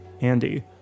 Andy